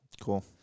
Cool